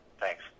Thanks